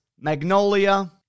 Magnolia